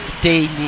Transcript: daily